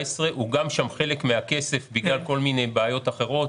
אוגם שם חלק מהכסף בגלל כל מיני בעיות אחרות,